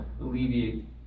alleviate